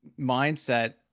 mindset